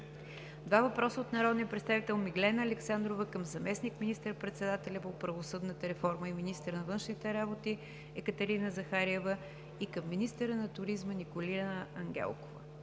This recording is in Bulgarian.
два въпроса от народния представител Миглена Александрова към заместник министър-председателя по правосъдната реформа, министър на външните работи Екатерина Захариева и към министъра на туризма Николина Ангелкова.